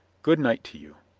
good night to you.